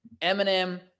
Eminem